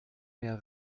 mehr